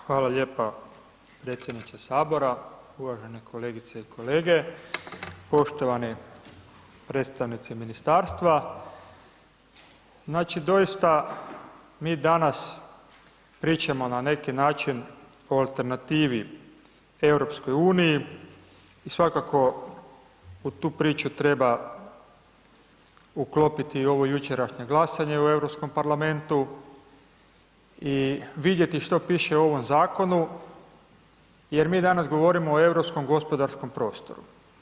Hvala lijepa predsjedniče sabora, uvažene kolegice i kolege, poštovane predstavnice ministarstva, znači doista mi danas pričamo na neki način o alternativi EU i svakako u tu priču treba uklopiti i ovo jučerašnje glasanje u Europskom parlamentu i vidjeti što piše u ovom zakonu jer mi danas govorimo o Europskom gospodarskom prostoru.